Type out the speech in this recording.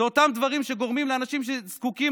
אלה אותם דברים שגורמים לאנשים שזקוקים